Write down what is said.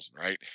right